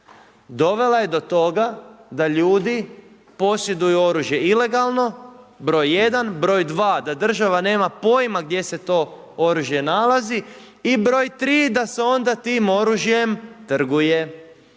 dovela je do toga da ljudi posjeduju oružje ilegalno broj jedan. Broj dva, da država nema pojma gdje se to oružje nalazi. I broj tri, da se onda tim oružjem trguje.